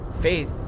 faith